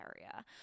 area